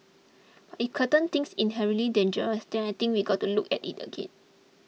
but it curtain things inherently dangerous then I think we got to look at it again